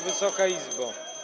Wysoka Izbo!